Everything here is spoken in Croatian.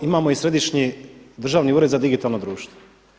Imamo i Središnji državni ured za digitalno društvo.